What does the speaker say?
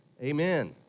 Amen